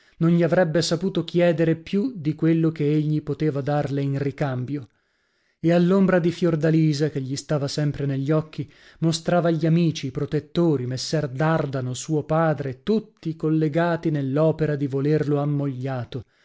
non gli avrebbe saputo chiedere più di quello che egli poteva darle in ricambio e all'ombra di fiordalisa che gli stava sempre negli occhi mostrava gli amici i protettori messer dardano suo padre tutti collegati nell'opera di volerlo ammogliato